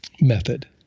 method